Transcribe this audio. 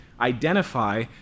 identify